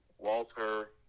Walter